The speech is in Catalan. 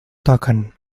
toquen